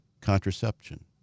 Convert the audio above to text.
contraception